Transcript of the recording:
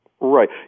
Right